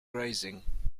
grazing